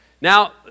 now